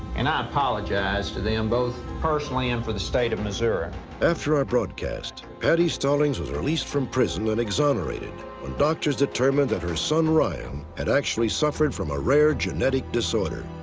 and i apologize to them, both, personally and for the state of missouri. narrator after our broadcast, patty stallings was released from prison and exonerated when doctors determined that her son, ryan, had actually suffered from a rare genetic disorder.